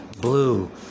blue